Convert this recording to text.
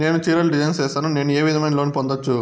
నేను చీరలు డిజైన్ సేస్తాను, నేను ఏ విధమైన లోను పొందొచ్చు